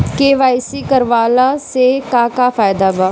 KYC करवला से का का फायदा बा?